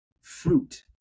fruit